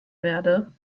werde